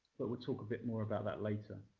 but we'll talk a bit more about that later.